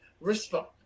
respond